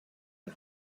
and